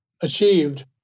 achieved